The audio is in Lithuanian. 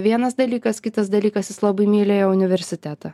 vienas dalykas kitas dalykas jis labai myli universitetą